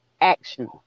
action